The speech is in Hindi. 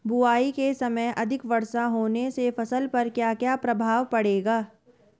बुआई के समय अधिक वर्षा होने से फसल पर क्या क्या प्रभाव पड़ेगा?